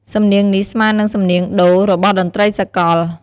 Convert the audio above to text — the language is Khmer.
សំនៀងនេះស្មើនឹងសំនៀងដូ របស់តន្ដ្រីសាកល។